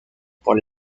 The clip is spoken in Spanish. por